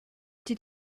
did